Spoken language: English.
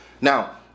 Now